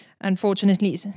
Unfortunately